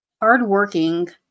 hardworking